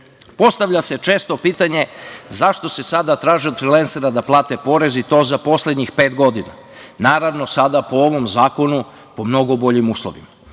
Srbiji. Postavlja se često pitanje – zašto se sada traži od frilensera da plate porez i to za poslednjih pet godina, naravno, sada po ovom zakonu po mnogo boljim uslovima?